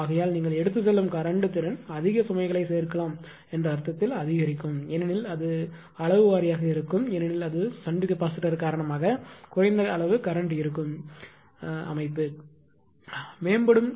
ஆகையால் நீங்கள் எடுத்துச் செல்லும் கரண்ட் திறன் அதிக சுமைகளைச் சேர்க்கலாம் என்ற அர்த்தத்தில் அதிகரிக்கும் ஏனெனில் இது அளவு வாரியாக இருக்கும் ஏனெனில் அது ஷன்ட் கெப்பாசிட்டர் காரணமாக குறைந்த அளவு கரண்ட் ஈர்க்கும்